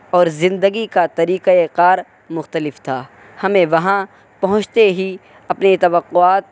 اور زندگی کا طریقۂ قار مختلف تھا ہمیں وہاں پہنچتے ہی اپنی توقعات